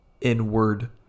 inward